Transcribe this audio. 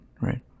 right